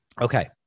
Okay